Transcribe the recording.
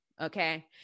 Okay